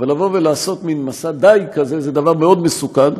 אבל לעשות מין מסע דיג כזה זה דבר מאוד מסוכן,